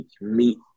meet